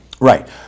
Right